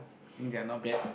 think they are not bad